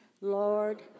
Lord